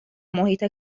محیط